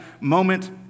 moment